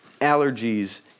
allergies